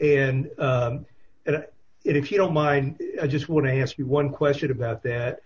and it if you don't mind i just want to ask you one question about that